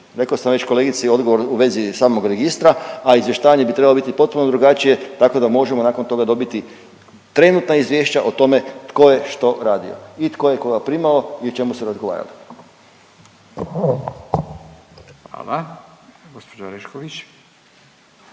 Rekao sam već kolegici odgovor u vezi samog registra, a izvještavanje bi trebalo biti potpuno drugačije, tako da možemo nakon toga dobiti trenutna izvješća o tome tko je što radio i tko je koga primao i o čemu su razgovarali. **Radin, Furio